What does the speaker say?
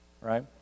right